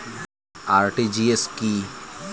RTGS কি?